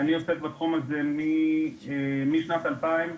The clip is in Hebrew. אני עוסק בתחום הזה משנת 2000,